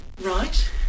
Right